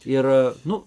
ir nu